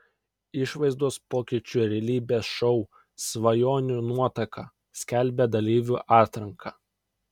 išvaizdos pokyčių realybės šou svajonių nuotaka skelbia dalyvių atranką